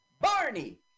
Barney